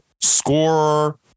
scorer